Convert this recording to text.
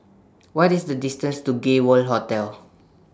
What IS The distance to Gay World Hotel